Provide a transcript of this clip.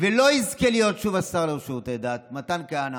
ולא יזכה להיות שוב השר לשירותי דת, מתן כהנא,